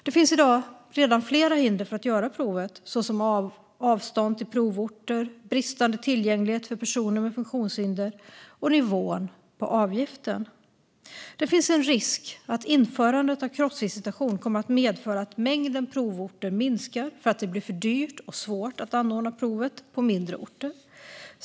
Det finns redan i dag flera hinder för att kunna göra provet, såsom avstånd till provorter, bristande tillgänglighet för personer med funktionshinder och nivån på avgiften. Det finns en risk att införandet av kroppsvisitation kommer att medföra att mängden provorter minskar för att det blir för dyrt och svårt att anordna provet på mindre orter.